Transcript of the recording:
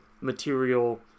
material